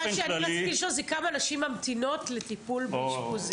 מה שאני רציתי לשאול זה כמה נשים ממתינות לטיפול באשפוזית?